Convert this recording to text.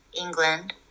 England